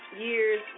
years